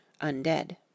undead